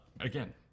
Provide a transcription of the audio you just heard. again